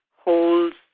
holds